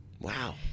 Wow